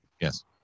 Yes